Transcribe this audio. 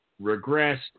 regressed